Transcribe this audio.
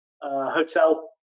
hotel